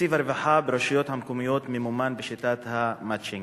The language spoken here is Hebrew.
תקציב הרווחה ברשויות המקומיות ממומן בשיטת המ"צ'ינג":